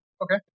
okay